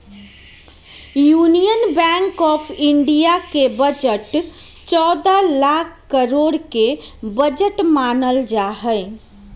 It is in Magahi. यूनियन बैंक आफ इन्डिया के बजट चौदह लाख करोड के बजट मानल जाहई